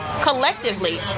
collectively